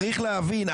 צריך להבין,